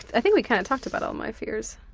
i think we kind of talked about all my fears.